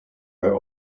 were